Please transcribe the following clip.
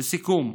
לסיכום,